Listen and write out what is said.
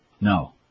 No